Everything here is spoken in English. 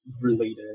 related